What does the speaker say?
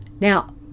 Now